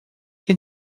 que